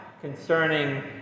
concerning